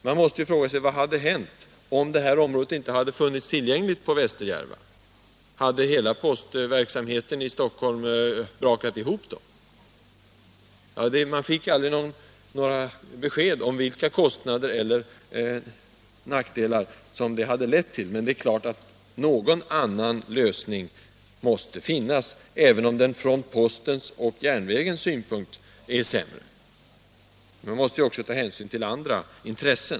Man måste fråga sig: Vad hade hänt, om det här området i Västerjärva inte hade funnits tillgängligt? Hade - Nr 138 hela postverksamheten i Stockholm brakat ihop då? Vi fick aldrig några besked om vilka kostnader eller nackdelar som det hade lett till. Men det är klart att någon annan lösning måste finnas, även om den från postens och järnvägens synpunkt är sämre. Vi måste ju också ta hänsyn Granskning av till andra intressen.